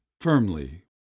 firmly